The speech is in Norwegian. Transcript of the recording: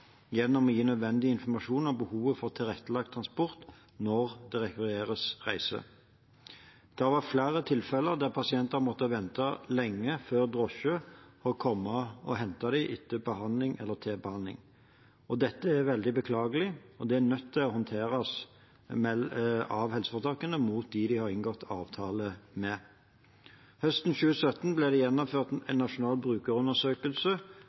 gjennom å gi nødvendig informasjon om behovet for tilrettelagt transport når det rekvireres reise. Det har vært flere tilfeller der pasienter har måttet vente lenge før drosje har kommet og hentet dem til behandling eller etter behandling. Dette er veldig beklagelig, og det er nødt til å håndteres av helseforetakene mot dem de har inngått avtale med. Høsten 2017 ble det gjennomført en nasjonal brukerundersøkelse